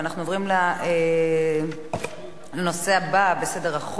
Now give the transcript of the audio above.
אנחנו עוברים לנושא הבא בסדר-היום: